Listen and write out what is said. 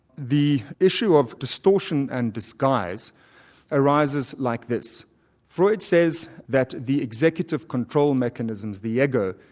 the issue of distortion and disguise arises like this freud says that the executive control mechanisms, the ego,